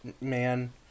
man